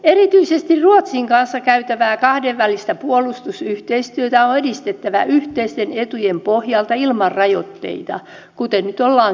erityisesti ruotsin kanssa käytävää kahdenvälistä puolustusyhteistyötä on edistettävä yhteisten etujen pohjalta ilman rajoitteita kuten nyt ollaankin tekemässä